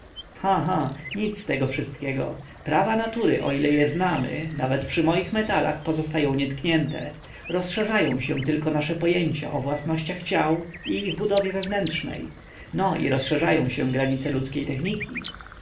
cha nic z tego wszystkiego prawa natury o ile je znamy nawet przy moich metalach pozostaną nietknięte rozszerzą się tylko nasze pojęcia o własnościach ciał i ich budowie wewnętrznej no i rozszerzą się granice ludzkiej techniki